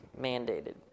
Mandated